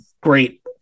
great